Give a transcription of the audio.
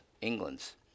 England's